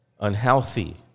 unhealthy